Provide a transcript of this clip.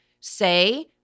say